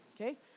okay